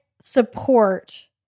support